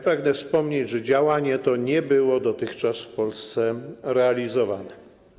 Pragnę wspomnieć, że działanie to nie było dotychczas w Polsce realizowane.